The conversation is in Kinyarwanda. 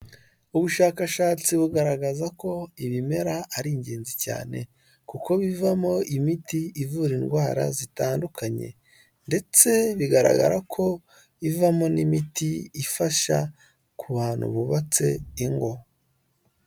Ubushakashatsi bugaragaza ko ibimera ari ingenzi cyane kuko bivamo imiti ivura indwara zitandukanye ndetse bigaragara ko ivamo n'imiti ifasha ku bantu bubatse ingo.